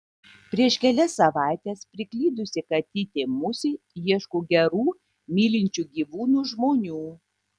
prieš kelias savaites priklydusi katytė musė ieško gerų mylinčių gyvūnus žmonių